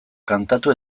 kantatu